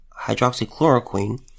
hydroxychloroquine